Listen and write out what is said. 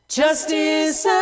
justice